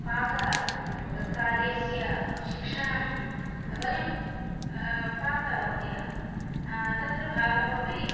पाककार्यस्य शिक्षणं वयं प्राप्तवन्तः तत्र भागमपि